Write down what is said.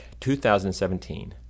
2017